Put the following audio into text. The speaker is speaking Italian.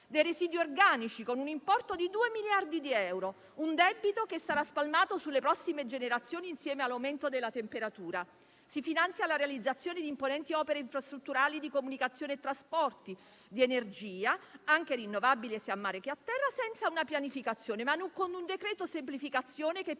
dei residui organici con un importo di 2 miliardi di euro: un debito che sarà spalmato sulle prossime generazioni insieme all'aumento della temperatura. Si finanzia la realizzazione di imponenti opere infrastrutturali, di comunicazione e trasporti, di energia, anche rinnovabile (sia in mare che a terra), senza una pianificazione, ma con un decreto semplificazione che